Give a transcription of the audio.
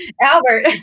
Albert